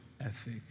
ethic